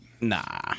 nah